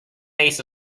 this